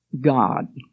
God